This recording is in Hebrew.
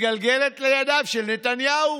מתגלגלת לידיו של נתניהו,